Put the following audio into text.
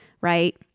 right